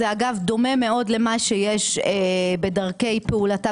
זה אגב דומה מאוד למה שיש בדרכי פעולתה